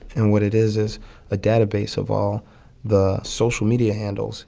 and what it is, is a database of all the social media handles